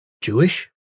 Jewish